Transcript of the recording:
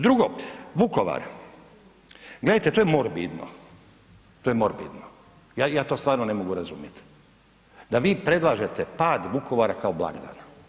Drugo, Vukovar, gledajte to je morbidno, to je morbidno, ja to stvarno ne mogu razumjeti, da vi predlažete pad Vukovara kao blagdan.